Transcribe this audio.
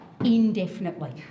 indefinitely